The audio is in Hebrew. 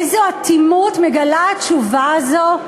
איזו אטימות מגלה התשובה הזאת.